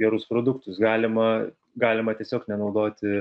gerus produktus galima galima tiesiog nenaudoti